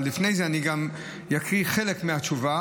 אבל לפני זה אני גם אקריא חלק מהתשובה